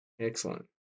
Excellent